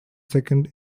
second